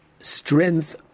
strength